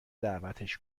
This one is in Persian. دعوتش